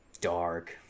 dark